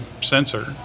sensor